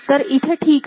तर इथे ठीक आहे